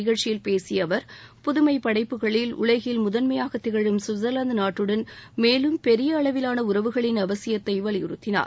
நிகழ்ச்சியில் பேசிய அவர் புதுமைப் படைப்புக்களில் உலகில் முதன்மையாக திகழும் சுவிட்சர்லாந்து நாட்டுடன் மேலும் பெரிய அளவிலான உறவுகளின் அவசியத்தை வலியுறுத்தினார்